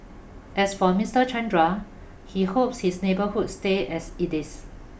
as for Mister Chandra he hopes his neighbourhood stay as it is